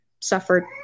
suffered